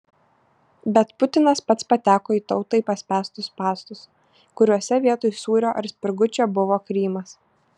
bet putinas pats pateko į tautai paspęstus spąstus kuriuose vietoj sūrio ar spirgučio buvo krymas